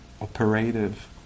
operative